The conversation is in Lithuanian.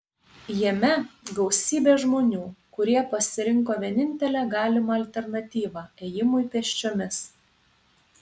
jame gausybė žmonių kurie pasirinko vienintelę galimą alternatyvą ėjimui pėsčiomis